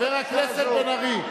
חבר הכנסת בן-ארי.